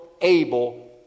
able